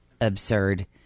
absurd